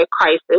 crisis